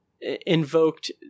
invoked